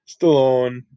Stallone